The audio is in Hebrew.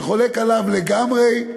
שחולק עליו לגמרי: